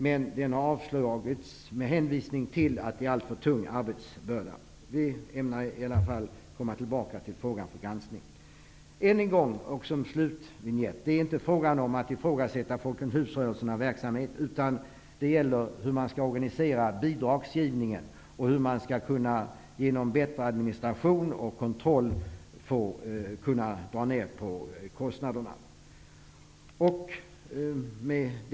Men vårt förslag har avstyrkts med hänvisning till att det skulle innebära en alltför tung arbetsbörda. Vi ämnar i alla fall återkomma till denna fråga. Än en gång och såsom slutvinjett vill jag framhålla att det inte är fråga om att ifrågasätta Folkets husrörelsens verksamhet, utan problemet är hur bidragsgivningen skall organiseras och hur man genom bättre administration och kontroll skall kunna minska kostnaderna.